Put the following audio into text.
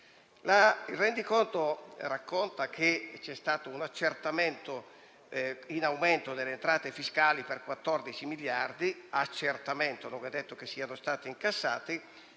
Il rendiconto racconta che c'è stato un accertamento in aumento delle entrate fiscali per 14 miliardi - si parla di accertamento, non è detto che siano stati incassati